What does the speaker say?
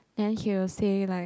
then he will say like